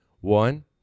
One